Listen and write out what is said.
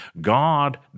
God